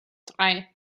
drei